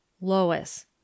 Lois